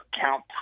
count